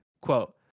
quote